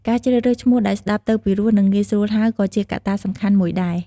ការជ្រើសរើសឈ្មោះដែលស្តាប់ទៅពីរោះ និង ងាយស្រួលហៅ ក៏ជាកត្តាសំខាន់មួយដែរ។